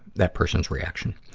that person's reaction.